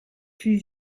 plus